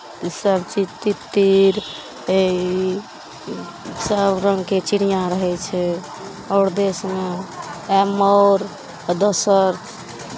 इसभ चीज तितिर हे ई सभ रङ्गके चिड़ियाँ रहै छै आओर देशमे मोर आ दोसर